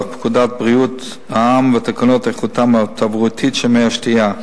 פקודת בריאות העם ותקנות איכותם התברואית של מי השתייה.